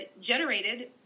generated